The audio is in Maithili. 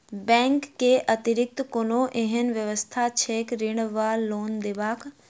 बैंक केँ अतिरिक्त कोनो एहन व्यवस्था छैक ऋण वा लोनदेवाक?